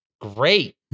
great